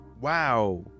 wow